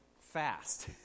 fast